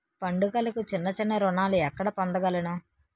పండుగలకు చిన్న చిన్న రుణాలు ఎక్కడ పొందగలను?